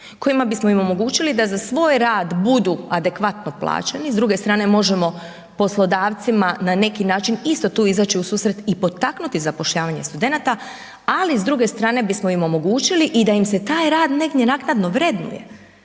kojima bismo im omogućili da za svoj rad budu adekvatno plaćeni, s druge strane možemo poslodavcima na neki način isto tu izaći u susret i potaknuti zapošljavanje studenata, ali s druge strane bismo im omogućili i da im se taj rad negdje naknadno vrednuje,